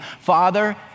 Father